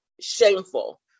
shameful